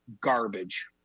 garbage